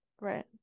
Right